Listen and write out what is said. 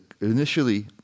initially